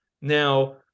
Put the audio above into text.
Now